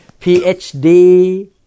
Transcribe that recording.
PhD